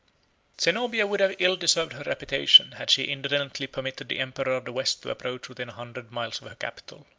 zenobia would have ill deserved her reputation, had she indolently permitted the emperor of the west to approach within a hundred miles of her capital.